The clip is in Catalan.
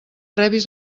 rebis